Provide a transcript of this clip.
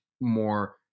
more